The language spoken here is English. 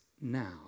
now